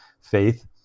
faith